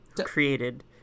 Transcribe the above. Created